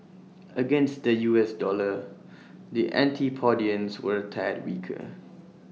against the U S dollar the antipodeans were A tad weaker